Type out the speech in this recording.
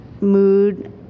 mood